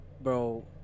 bro